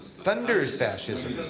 thunders fascism.